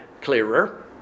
clearer